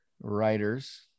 writers